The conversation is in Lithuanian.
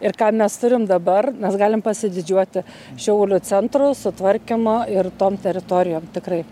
ir ką mes turim dabar mes galim pasididžiuoti šiaulių centru sutvarkymu ir tom teritorijom tikrai